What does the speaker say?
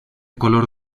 color